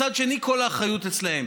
מצד שני, כל האחריות אצלם.